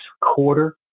quarter